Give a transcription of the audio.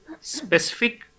specific